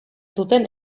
zuten